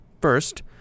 First